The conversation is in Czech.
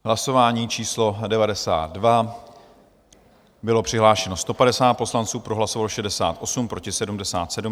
Hlasování číslo 92, bylo přihlášeno 150 poslanců, pro hlasovalo 68, proti 77.